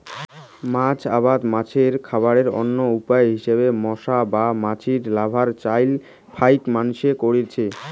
মাছ আবাদত মাছের খাবারের অইন্য উপায় হিসাবে মশা বা মাছির লার্ভার চইল ফাইক মাইনষে কইরচে